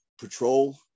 patrol